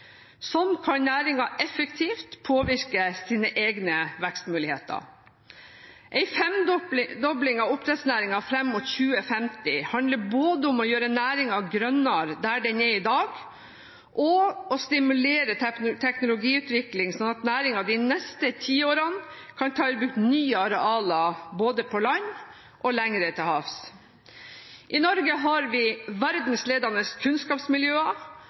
kan næringen effektivt påvirke sine egne vekstmuligheter. En femdobling av oppdrettsnæringen fram mot 2050 handler både om å gjøre næringen grønnere der den er i dag, og å stimulere teknologiutvikling, slik at næringen de neste tiårene kan ta i bruk nye arealer både på land og lenger til havs. I Norge har vi verdensledende kunnskapsmiljøer